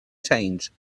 change